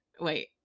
Wait